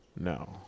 No